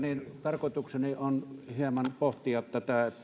tarkoitukseni on hieman pohtia tätä että